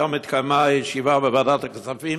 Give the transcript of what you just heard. היום התקיימה ישיבה בוועדת הכספים